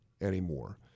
anymore